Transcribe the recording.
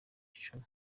icumi